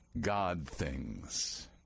God-things